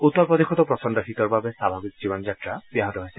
উত্তৰ প্ৰদেশতো প্ৰচণ্ড শীতৰ বাবে স্বাভাৱিক জীৱন যাত্ৰা ব্যাহত হৈছে